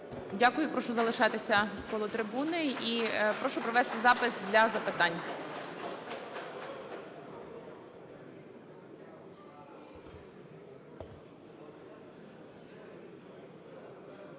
Дякую. Прошу залишатися коло трибуни. І прошу провести запис для запитань.